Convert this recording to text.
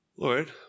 Lord